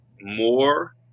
more